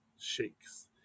shakes